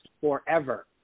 forever